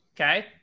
okay